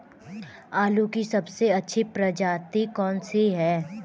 आलू की सबसे अच्छी प्रजाति कौन सी है?